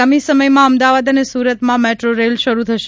આગામી સમયમાં અમદાવાદ અને સુરતમાં મેટ્રોરેલ શરૂ થશે